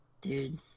Dude